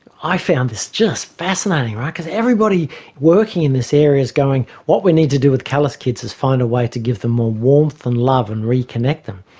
i found this just fascinating, because everybody working in this area is going what we need to do with callous kids is find a way to give them more warmth and love and reconnect them.